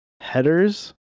headers